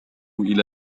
إلى